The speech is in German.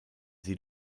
sie